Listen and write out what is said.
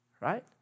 right